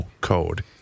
code